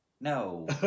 No